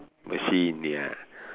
machine ya